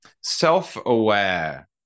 self-aware